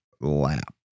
lap